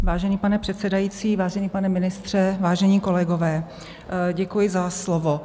Vážený pane předsedající, vážený pane ministře, vážení kolegové, děkuji za slovo.